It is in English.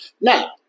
Now